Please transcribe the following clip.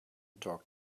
talk